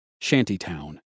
Shantytown